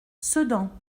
sedan